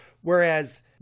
Whereas